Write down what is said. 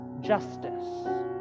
justice